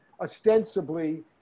ostensibly